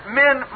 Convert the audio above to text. men